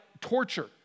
torture